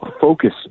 focus